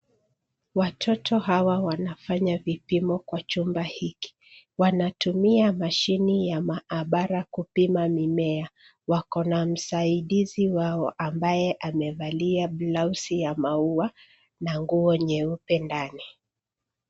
Watoto hawa wanafanya vipimo kwa chumba hiki. Wanatumia mashini ya maabara kupima mimea. Wako na msaidizi wao ambaye amevalia blausi ya maua na nguo nyeupe ndani.